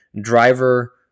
driver